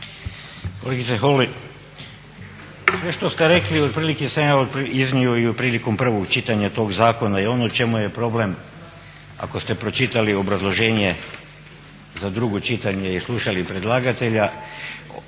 Kolegice Holy, sve što ste rekli otprilike sam ja iznio i prilikom prvog čitanja tog zakona i ono o čemu je problem ako ste pročitali obrazloženje za drugo čitanje i slušali predlagatelja,